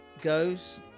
goes